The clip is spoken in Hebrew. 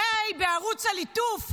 הרי בערוץ הליטוף,